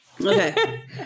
Okay